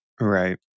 Right